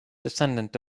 descendant